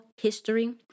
history